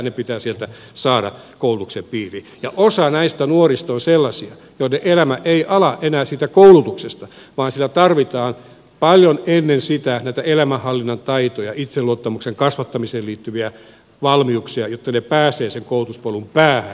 heidät pitää saada sieltä koulutuksen piiriin ja osa näistä nuorista on sellaisia joiden elämä ei ala enää siitä koulutuksesta vaan tarvitaan paljon ennen sitä näitä elämänhallinnan taitoja itseluottamuksen kasvattamiseen liittyviä valmiuksia jotta he pääsevät sen koulutuspolun päähän